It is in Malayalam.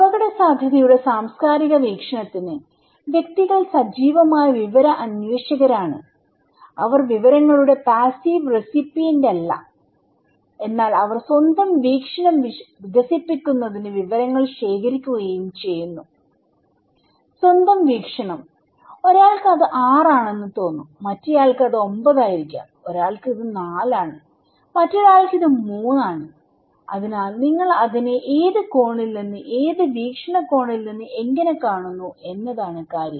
അപകടസാധ്യതയുടെ സാംസ്കാരിക വീക്ഷണത്തിന് വ്യക്തികൾ സജീവമായ വിവര അന്വേഷകരാണ് അവർ വിവരങ്ങളുടെ പാസ്സീവ് റെസിപ്പിയന്റ് അല്ല എന്നാൽ അവർ സ്വന്തം വീക്ഷണം വികസിപ്പിക്കുന്നതിന് വിവരങ്ങൾ ശേഖരിക്കുകയും ചെയ്യുന്നു സ്വന്തം വീക്ഷണം ഒരാൾക്ക് അത് 6 ആണെന്ന് തോന്നുംമറ്റേ ആൾക്ക് അത് 9 ആയിരിക്കാംഒരാൾക്ക് ഇത് 4 ആണ് മറ്റൊരാൾക്ക് ഇത് 3 ആണ് അതിനാൽ നിങ്ങൾ അതിനെ ഏത് കോണിൽ നിന്ന് ഏത് വീക്ഷണകോണിൽ നിന്ന് എങ്ങനെ കാണുന്നു എന്നതാണ് കാര്യം